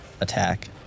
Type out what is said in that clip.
attack